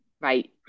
right